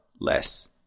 less